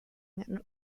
and